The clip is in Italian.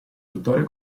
vittoria